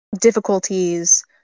difficulties